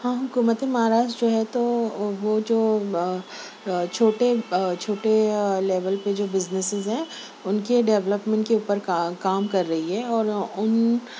ہاں حکومت مہاراشٹر جو ہے تو وہ جو چھوٹے چھوٹے لیول پہ بزنیسس ہیں ان کے ڈیولپمنٹ کے اوپر کا کام کر رہی ہے اور ان